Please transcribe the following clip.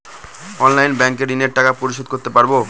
অনলাইনে ব্যাংকের ঋণের টাকা পরিশোধ করতে পারবো?